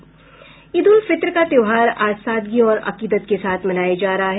ईद उल फित्र का त्योहार आज सादगी और अकीदत के साथ मनाया जा रहा है